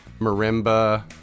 marimba